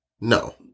No